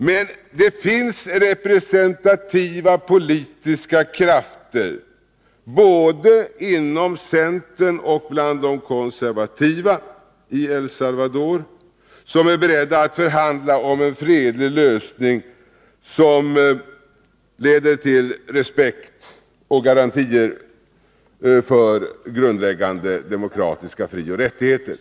Men det finns representativa politiska krafter både inom centern och bland de konservativa i El Salvador, som är beredda att förhandla om en fredlig lösning som leder till att respekt och garantier skapas för de grundläggande demokratiska frioch Nr 31 rättigheterna.